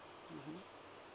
mmhmm